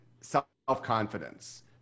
self-confidence